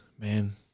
man